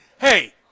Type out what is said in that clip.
Hey